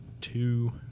two